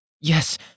Yes